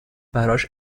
براش